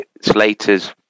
Slater's